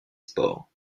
sports